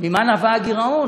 ממה נבע הגירעון,